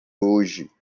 hoje